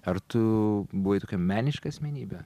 ar tu buvai tokia meniška asmenybė